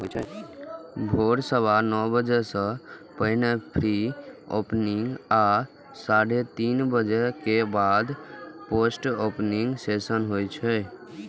भोर सवा नौ बजे सं पहिने प्री ओपनिंग आ साढ़े तीन बजे के बाद पोस्ट ओपनिंग सेशन होइ छै